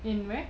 in where